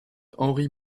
henry